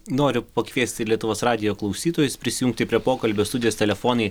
noriu pakviesti lietuvos radijo klausytojus prisijungti prie pokalbio studijos telefonai